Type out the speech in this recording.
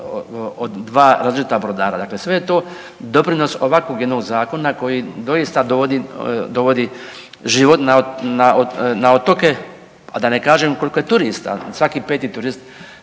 od 2 različita brodara. Dakle, sve je to doprinos ovakvog jednog zakona koji doista dovodi, dovodi život na otoke. A da ne kažem koliko je turista, svaki 5 turist,